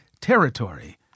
Territory